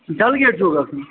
ڈَلہٕ گیٹ چھُو گژھُن